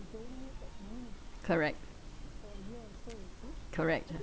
correct correct